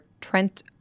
Trent